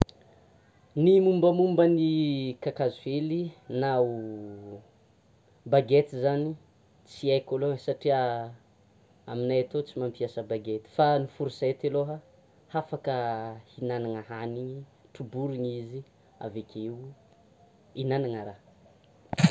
Ny mombamomba ny kakazo hely na ho bagety zany tsy haiko aloha satria aminay atô tsy mampiasa bagety fa ny fourchette aloha hafaka hinanana hanina troborina izy, avekeo hinanana raha.